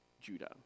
Judah